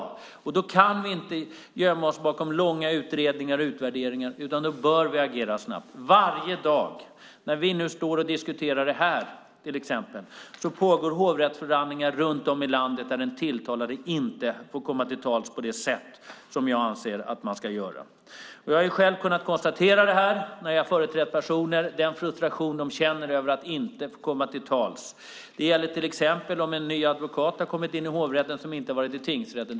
Då kan vi inte gömma oss bakom långa utredningar och utvärderingar, utan då bör vi agera snabbt. Varje dag, till exempel när vi står och diskuterar detta här, pågår hovrättsförhandlingar runt om i landet där den tilltalade inte får komma till tals på det sätt som jag anser att han eller hon ska göra. Jag har själv kunnat konstatera detta när jag har företrätt personer. Dessa personer känner frustration över att inte få komma till tals. Det gäller till exempel om en ny advokat har kommit in i hovrätten som inte har varit i tingsrätten.